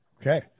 Okay